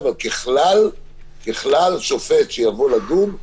אבל ככלל שופט שיבוא לדון,